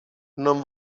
non